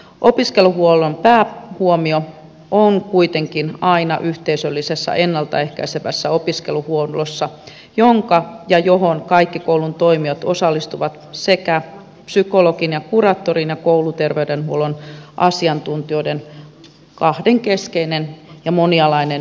opiskeluhuollon päähuomio on kuitenkin aina yhteisöllisessä ennalta ehkäisevässä opiskeluhuollossa johon kaikki koulun toimijat osallistuvat sekä psykologin ja kuraattorin ja kouluterveydenhuollon asiantuntijoiden kahdenkeskinen ja monialainen yhteistyö